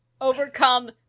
overcome